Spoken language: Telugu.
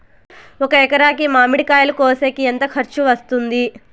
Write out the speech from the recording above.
ఒక ఎకరాకి మామిడి కాయలు కోసేకి ఎంత ఖర్చు వస్తుంది?